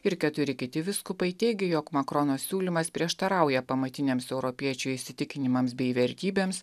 ir keturi kiti vyskupai teigė jog makrono siūlymas prieštarauja pamatiniams europiečių įsitikinimams bei vertybėms